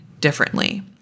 differently